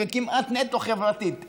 וכמעט נטו חברתית.